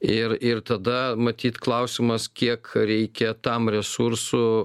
ir ir tada matyt klausimas kiek reikia tam resursų